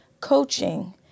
coaching